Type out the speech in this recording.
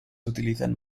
utilizan